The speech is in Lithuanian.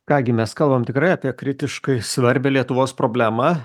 ką gi mes kalbam tikrai apie kritiškai svarbią lietuvos problemą